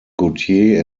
gautier